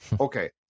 Okay